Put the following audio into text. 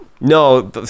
No